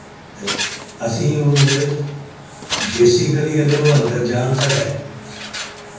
ते असें ओह् मतलब बेसीकली अगर ओह् अंदर जान साढ़ै